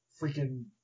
freaking